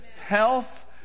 health